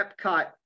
Epcot